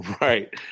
Right